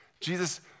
Jesus